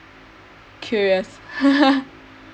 curious